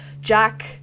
Jack